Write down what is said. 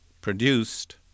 produced